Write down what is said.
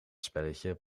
spelletje